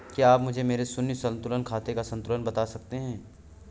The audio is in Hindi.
क्या आप मुझे मेरे शून्य संतुलन खाते का संतुलन बता सकते हैं?